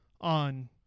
on